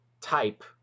type